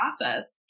process